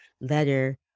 letter